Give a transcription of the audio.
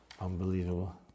unbelievable